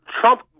Trump